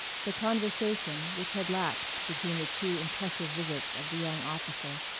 the conversation, which had lapsed between the two impressive visits of the young officer,